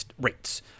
rates